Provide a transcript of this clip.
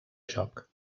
joc